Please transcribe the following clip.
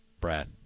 Brad